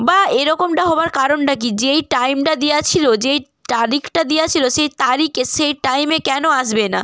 বা এরকমটা হওয়ার কারণটা কী যেই টাইমটা দেয়া ছিলো যেই তারিখটা দেয়া ছিলো সেই তারিখে সেই টাইমে কেন আসবে না